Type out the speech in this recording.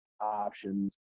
options